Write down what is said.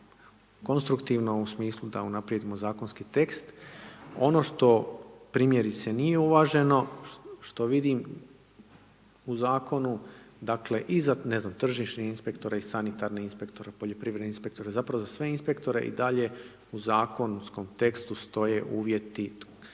konstruktivno u smislu da unaprijedimo zakonski tekst. Ono što primjerice nije uvaženo, što vidim, u Zakonu, dakle, ne znam tržišnih inspektora i sanitarnih inspektora, poljoprivrednih inspektora, zapravo za sve inspektore i dalje u zakonskom tekstu stoje uvjeti